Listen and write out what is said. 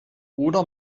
oder